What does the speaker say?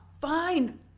fine